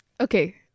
okay